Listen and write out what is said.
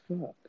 fuck